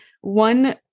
one